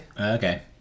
okay